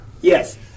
Yes